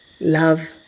Love